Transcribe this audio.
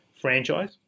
franchise